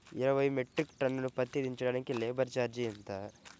ఇరవై metric ton పత్తి దించటానికి లేబర్ ఛార్జీ ఎంత?